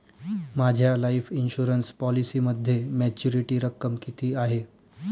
माझ्या life insurance पॉलिसीमध्ये maturity रक्कम किती आहे?